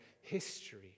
history